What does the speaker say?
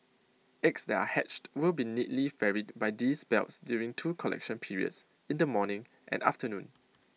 eggs that are hatched will be neatly ferried by these belts during two collection periods in the morning and afternoon